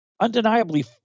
undeniably